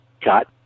got